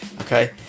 okay